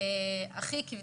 תודה רבה.